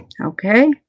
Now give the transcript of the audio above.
Okay